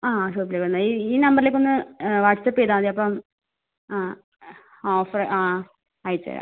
ആ അ ഷോപ്പില് വരണം ഈ നമ്പറിലേക്കൊന്ന് വാട്സപ്പ് ചെയ്താൽ മതി അപ്പം ആ ഓഫർ ആ അയച്ചു തരാം